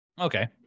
Okay